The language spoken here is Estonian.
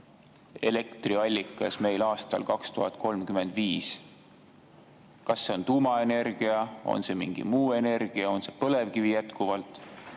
elektriallikas meil aastal 2035. Kas see on tuumaenergia, on see mingi muu energia, on see põlevkivi jätkuvalt?